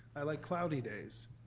i like cloudy days.